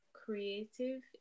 creative